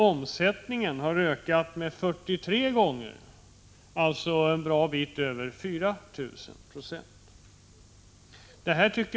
Omsättningen har blivit 43 gånger större, alltså ökat en bra bit över 4 000 96.